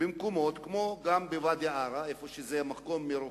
במקומות כמו ואדי-עארה, שזה מקום מרוחק,